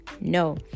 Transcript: no